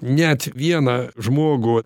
net vieną žmogų